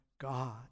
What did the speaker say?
God